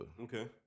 Okay